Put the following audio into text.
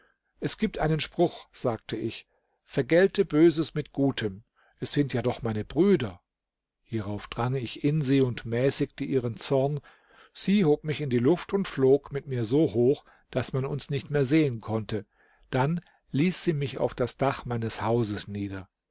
es gibt einen spruch sagte ich vergelte böses mit gutem es sind ja doch meine brüder hierauf drang ich in sie und mäßigte ihren zorn sie hob mich in die luft und flog mit mir so hoch daß man uns nicht mehr sehen konnte dann ließ sie mich auf das dach meines hauses nieder